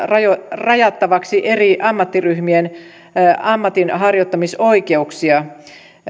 rajattavaksi eri ammattiryhmien ammatinharjoittamisoikeuksia